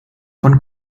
von